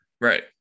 right